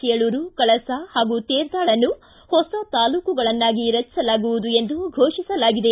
ಚೇಳೂರು ಕಳಸಾ ಹಾಗೂ ತೇರದಾಳನ್ನು ಹೊಸ ತಾಲ್ಲೂಕುಗಳನ್ನಾಗಿ ರಚಿಸಲಾಗುವುದು ಎಂದು ಘೋಷಿಸಲಾಗಿದೆ